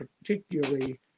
particularly